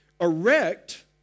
Erect